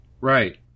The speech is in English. Right